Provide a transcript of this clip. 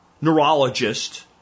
neurologist